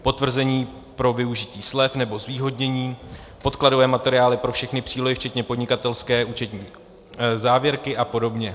Potvrzení pro využití slev nebo zvýhodnění, podkladové materiály pro všechny přílohy včetně podnikatelské účetní závěrky apod.